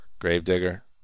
Gravedigger